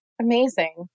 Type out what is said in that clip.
Amazing